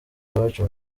iwacu